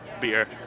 beer